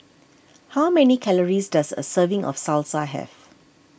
how many calories does a serving of Salsa have